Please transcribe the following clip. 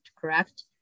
correct